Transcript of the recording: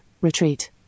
retreat